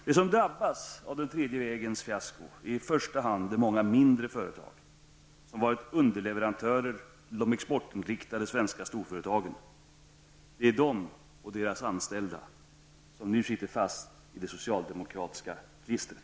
De som drabbas av den tredje vägens fiasko är i första hand de många mindre företag som varit underleverantörer till de exportinriktade svenska företagen. Det är dessa och deras anställda som nu sitter fast i det socialdemokratiska klistret.